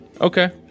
Okay